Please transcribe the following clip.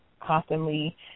constantly